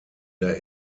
der